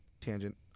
tangent